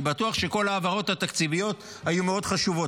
אני בטוח שכל ההעברות התקציביות היו מאוד חשובות,